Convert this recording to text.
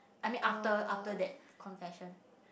I mean after after that confession